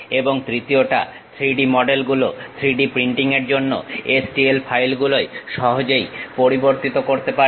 এবং তৃতীয়টা 3D মডেলগুলো 3D প্রিন্টিং এর জন্য STL ফাইলগুলোয় সহজেই পরিবর্তিত করতে পারে